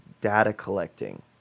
data-collecting